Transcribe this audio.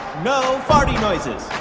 no farting noises.